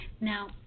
Now